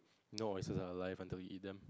no it is alive until you eat them